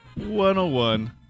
101